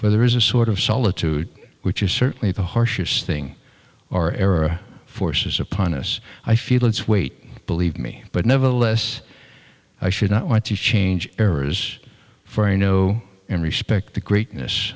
for there is a sort of solitude which is certainly the harshest thing or era forces upon us i feel its weight believe me but nevertheless i should not want to change errors for i know and respect the greatness